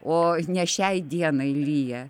o ne šiai dienai lyja